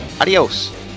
Adios